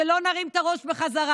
שלא נרים את הראש בחזרה.